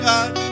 God